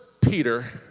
Peter